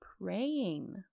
praying